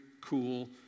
cool